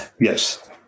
Yes